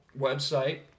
website